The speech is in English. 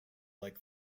like